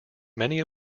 many